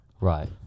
right